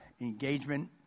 engagement